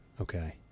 Okay